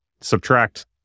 subtract